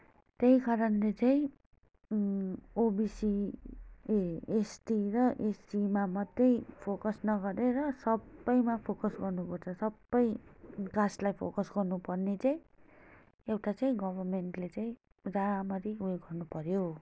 त्यही कारणले चाहिँ ओबिसी ए एसटी र एससीमा मात्रै फोकस नगरेर सबैमा फोकस गर्नुपर्छ सबै क्लासलाई फोकस गर्नु पर्ने चाहिँ एउटा चाहिँ गभर्मेन्टले चाहिँ राम्ररी उयो गर्नु पर्यो